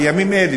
בימים אלה,